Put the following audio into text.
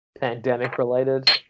pandemic-related